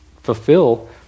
fulfill